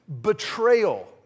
betrayal